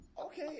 okay